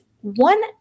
One